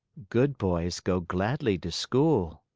good boys go gladly to school.